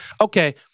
Okay